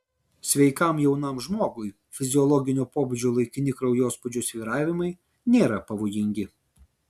sveikam jaunam žmogui fiziologinio pobūdžio laikini kraujospūdžio svyravimai nėra pavojingi